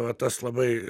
va tas labai